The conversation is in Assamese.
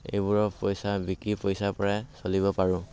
এইবোৰৰ পইচা বিক্ৰী পইচা পৰাই চলিব পাৰোঁ